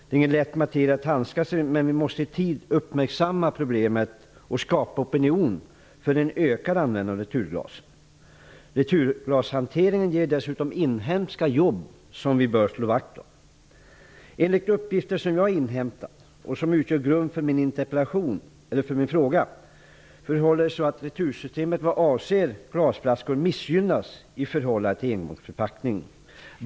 Det är ingen lätt materia att handskas med, men vi måste i tid uppmärksamma problemet och skapa en opinion för en ökad användning av returglas. Returglashanteringen ger dessutom inhemskajobb som vi bör slå vakt om. Enligt uppgifter som jag har inhämtat och som ligger till grund för min interpellation förhåller det sig så att retursystemet vad avser glasflaskor missgynnas jämfört med engångsförpackningar.